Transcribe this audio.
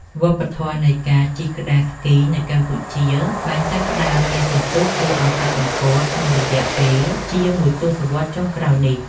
វប្បធម៌នៃការជិះក្ដារស្គីនៅកម្ពុជា បានចាប់ផ្ដើមមានសន្ទុះគួរឱ្យកត់សម្គាល់ក្នុងរយៈពេលជាងមួយទសវត្សរ៍ចុងក្រោយនេះ។